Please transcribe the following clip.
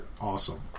awesome